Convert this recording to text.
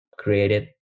Created